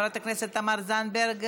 חברת הכנסת תמר זנדברג,